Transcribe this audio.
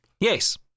Yes